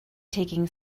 taking